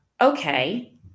okay